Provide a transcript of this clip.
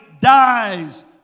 dies